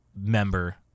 member